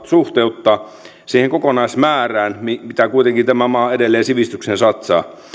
suhteuttaa ne puheensa siihen kokonaismäärään mitä kuitenkin tämä maa edelleen sivistykseen satsaa